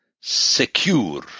secure